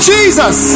Jesus